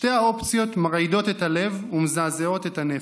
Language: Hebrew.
שתי האופציות מרעידות את הלב ומזעזעות את הנפש.